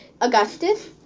Augustus